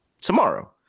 tomorrow